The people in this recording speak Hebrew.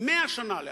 100 שנה לאחור,